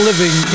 Living